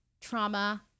trauma